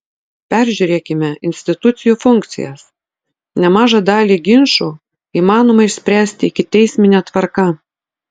peržiūrėkime institucijų funkcijas nemažą dalį ginčų įmanoma išspręsti ikiteismine tvarka